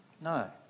No